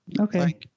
okay